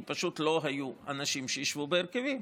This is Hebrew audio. כי פשוט לא היו אנשים שישבו בהרכבים.